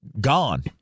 gone